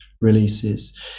releases